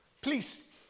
please